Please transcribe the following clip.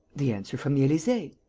the answer from the elysee.